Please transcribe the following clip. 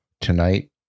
Tonight